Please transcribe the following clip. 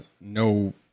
no